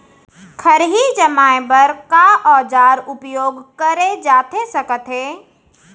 खरही जमाए बर का औजार उपयोग करे जाथे सकत हे?